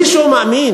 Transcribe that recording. מישהו מאמין